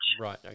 Right